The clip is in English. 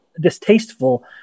Distasteful